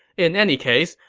in any case,